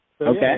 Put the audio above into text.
Okay